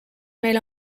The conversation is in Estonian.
meil